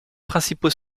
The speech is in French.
principaux